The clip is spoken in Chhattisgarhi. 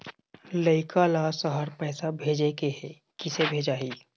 लइका ला शहर पैसा भेजें के हे, किसे भेजाही